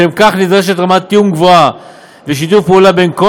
לשם כך נדרשת רמת תיאום גבוהה ושיתוף פעולה בין כל